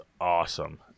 awesome